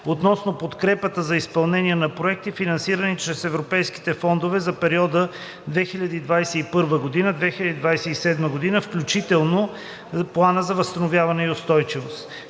относно подкрепа за изпълнение на проекти, финансирани чрез Европейските фондове за периода 2021 – 2027 г., включително Плана за възстановяване и устойчивост